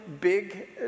big